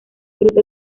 fruto